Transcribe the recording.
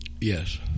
Yes